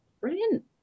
brilliant